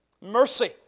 mercy